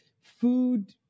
food